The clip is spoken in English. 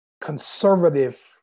conservative